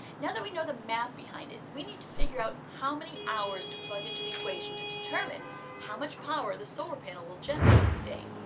now that we know the math behind it, we need to figure out how many hours to plug into the equation to determine how much power the solar panel will generate in a day.